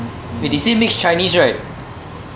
eh they say mix chinese right